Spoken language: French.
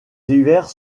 hivers